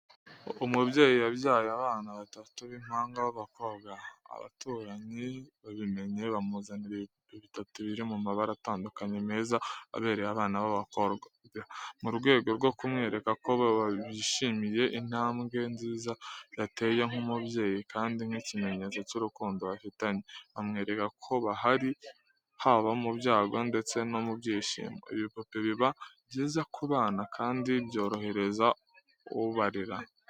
Umubyeyi yabyaye abana batatu b’impanga b’abakobwa. Abaturanyi babimenye, bamuzanira ibipupe bitatu biri mu mabara atandukanye, meza abereye abana b’abakobwa, mu rwego rwo kumwereka ko bishimiye intambwe nziza yateye nk’umubyeyi kandi nk’ikimenyetso cy’urukundo bafitanye. Bamwereka ko bahari haba mu byago ndetse no mu byishimo. Ibipupe biba byiza ku bana kandi byorohereza ubarera.